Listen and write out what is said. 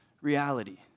reality